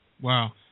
Wow